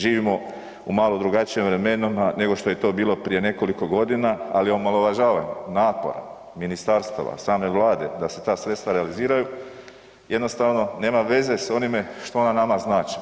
Živimo u malo drugačijim vremenima nego što je to bilo prije nekoliko godina, ali omalovažavanje napora ministarstava, same Vlade da se ta sredstva realiziraju jednostavno nema veze s onime što ona nama znače.